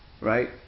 right